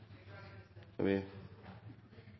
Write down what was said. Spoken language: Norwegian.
skal vi